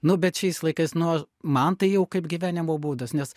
nu bet šiais laikais nu man tai jau kaip gyvenimo būdas nes